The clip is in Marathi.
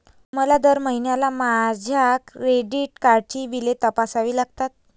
मला दर महिन्याला माझ्या क्रेडिट कार्डची बिले तपासावी लागतात